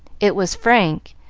it was frank,